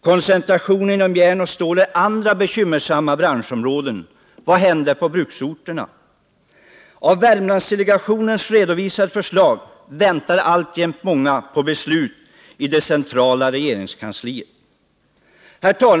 Koncentrationen inom järn och stål är andra bekymmersamma branschområden. Vad händer med bruksorterna? Av Värmlandsdelegationens redovisade förslag väntar alltjämt många på beslut i det centrala regeringskansliet.